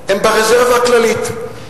הם ברזרבה הכללית,